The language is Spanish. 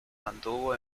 mantuvo